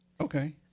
Okay